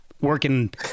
working